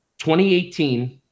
2018